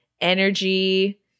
energy